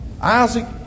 Isaac